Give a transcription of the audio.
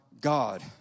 God